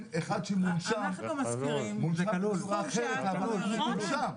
אחד שמונשם בצורה אחרת אבל הוא מונשם.